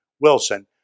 Wilson